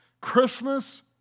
Christmas